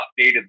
updated